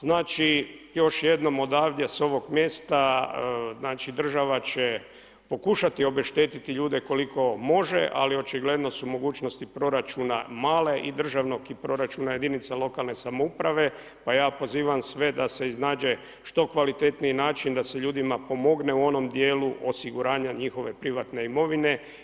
Znači još jednom odavdje s ovog mjesta znači država će pokušati obeštetiti ljude koliko može ali očigledno su mogućnosti proračuna male i državnog proračuna jedinica lokalne samouprave pa ja pozivam sve da se iznađe što kvalitetniji način da se ljudima pomogne u onom dijelu osiguranja njihove privatne imovine.